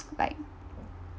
like